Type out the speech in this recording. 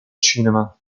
cinema